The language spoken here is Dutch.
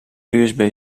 usb